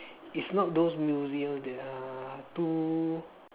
is not those museums that are too